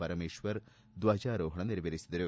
ಪರಮೇಶ್ವರ್ ಧ್ವಜಾರೋಪಣ ನೆರವೇರಿಸಿದರು